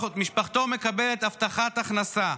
משפחתו מקבלת הבטחת הכנסה.